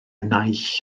naill